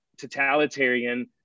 totalitarian